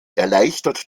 erleichtert